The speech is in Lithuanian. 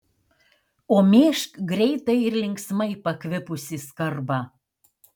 o mėžk greitai ir linksmai pakvipusį skarbą